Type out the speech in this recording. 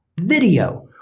Video